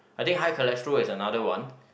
I think high cholesterol is another one